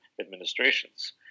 administrations